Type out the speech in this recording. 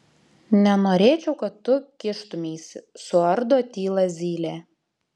nenorėčiau kad tu kištumeisi suardo tylą zylė